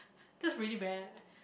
that's really bad